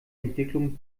entwicklung